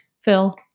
Phil